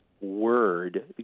word